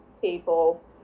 people